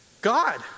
God